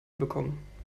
bekommen